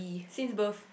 since birth